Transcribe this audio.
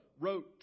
wrote